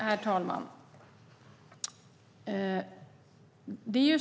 Herr talman!